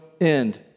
end